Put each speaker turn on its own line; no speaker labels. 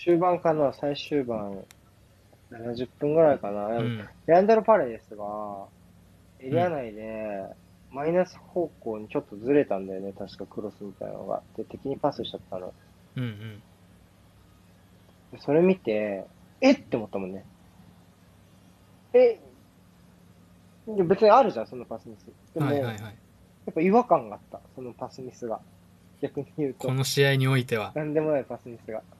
終盤かな、最終盤。70分ぐらいかな。でも、
うん。
レアンドロ・パレデスが、エリア内で、
うん。
マイナス方向にちょっとずれたんだよね、確かクロスみたいなのが。で、敵にパスしちゃったの。
うんうん。
で、それ見て、えっ？って思ったもんね。えっ？で、別にあるじゃん、そのパスミス。でもね、
はいはいはい。
やっぱ違和感があった、そのパスミスが。逆に言うと、
この試合においては。
なんでもないパスミスが。